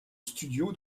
studio